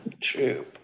true